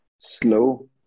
slow